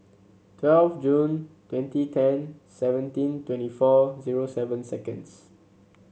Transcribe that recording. twelve June twenty ten seventeen twenty four zero seven seconds